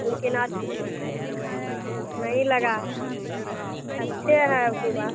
लेकिन आज हाँ नहीं लगा अच्छे है अबकी बार